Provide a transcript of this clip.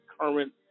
current